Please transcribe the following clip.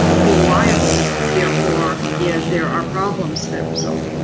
be liable therefore yeah if there are problems that result.